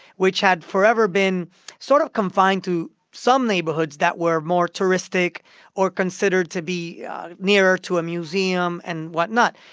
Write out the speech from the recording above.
which had forever been sort of confined to some neighborhoods that were more touristic or considered to be nearer to a museum and whatnot.